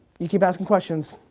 you keep asking questions,